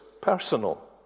personal